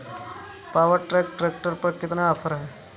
Power track tractor पर कितना offer है?